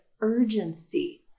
urgency